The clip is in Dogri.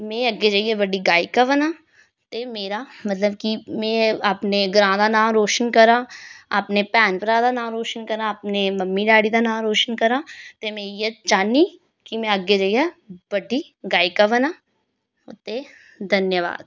में अग्गें जाइयै बड्डी गायिकां बनां ते मेरा मतलब कि में अपने ग्रांऽ दा नांऽ रोशन करां अपने भैन भ्राऽ दा नांऽ रोशन करां अपने मम्मी डैडी दा नांऽ रोशन करां ते में इ'यै चाह्न्नी कि में अग्गें जाइयै बड्डी गायिका बनां ते धन्यावाद